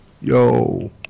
yo